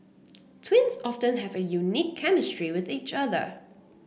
twins often have a unique chemistry with each other